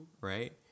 Right